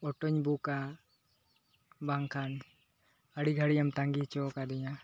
ᱚᱴᱚᱧ ᱵᱩᱠᱟ ᱵᱟᱝᱠᱷᱟᱱ ᱟᱹᱰᱤᱜᱷᱟᱲᱤᱡ ᱮᱢ ᱛᱟᱸᱜᱤ ᱦᱚᱪᱚᱣ ᱠᱟᱹᱫᱤᱧᱟ